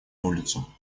улицу